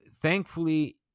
thankfully